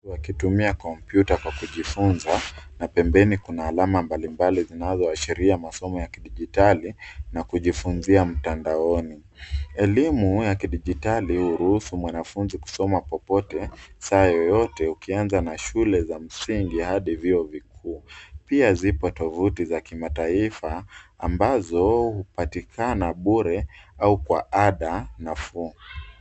Wakitumia kompyuta kwa kujifunza, na pembeni kuna alama mbalimbali zinazoashiria masomo ya kidijitali, na kujifunzia mtandaoni. Elimu ya kidijitali huruhusu mwanafunzi kusoma popote, saa yoyote , ukianza na shule za msingi hadi vyuo vikuu. Pia zipo tovuti za kimataifa, ambazo hupatikana bure au kwa ada nafuu.